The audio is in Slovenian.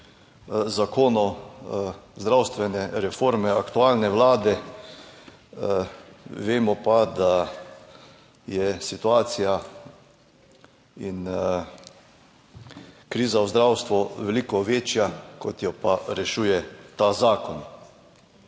zakonov zdravstvene reforme aktualne vlade. Vemo pa, da je situacija in kriza v zdravstvu veliko večja, kot jo pa rešuje ta zakon.